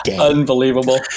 unbelievable